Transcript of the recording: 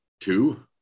two